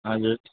हजुर